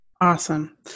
Awesome